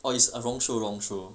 orh it's err 蓉属蓉属